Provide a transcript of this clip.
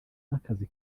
n’akazi